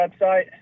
website